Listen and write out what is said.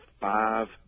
five